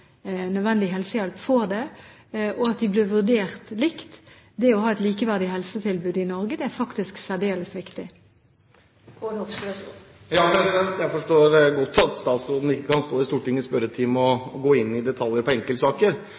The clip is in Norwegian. nødvendig helsehjelp, får det, og at de blir vurdert likt. Det å ha et likeverdig helsetilbud i Norge er særdeles viktig. Jeg forstår godt at statsråden ikke kan stå i Stortingets spørretime og gå inn i detaljer i enkeltsaker.